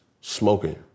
smoking